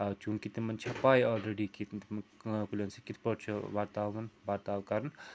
آ چوٗنٛکہِ تِمَن چھِ پے آلریٛڈی کہِ تِمَن کُلٮ۪ن سۭتۍ کِتھٕ پٲٹھۍ چھُ ورتاوُن ورتاو کَرُن